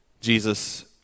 Jesus